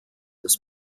das